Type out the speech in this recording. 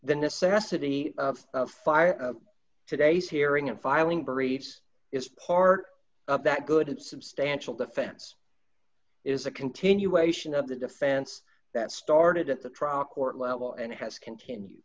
the necessity of fire today's hearing and filing briefs is part of that good substantial defense is a continuation of the defense that started at the trial court level and has continued